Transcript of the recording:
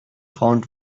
found